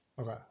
Okay